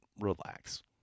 relax